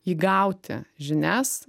įgauti žinias